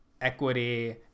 equity